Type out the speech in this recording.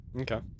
Okay